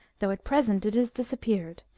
though at present it has disappeared,